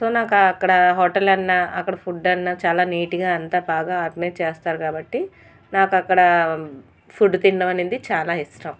so నాకు అక్కడ hotel అన్న అక్కడ ఫుడ్ అన్న చాలా నీట్గా అంతా బాగా ఆర్గనైజ్ చేస్తారు కాబట్టి నాకు అక్కడ ఫుడ్ తినడం అనేది చాలా ఇష్టం